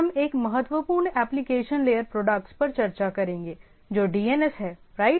आज हम एक महत्वपूर्ण एप्लिकेशन लेयर प्रोडक्ट्स पर चर्चा करेंगे जो डीएनएस हैं राइट